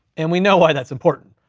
and we know why that's important.